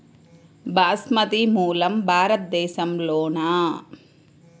బాస్మతి మూలం భారతదేశంలోనా?